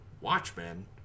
Watchmen